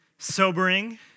sobering